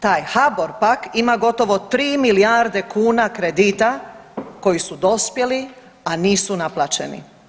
Taj HBOR pak ima gotovo tri milijarde kuna kredita koji su dospjeli, a nisu naplaćeni.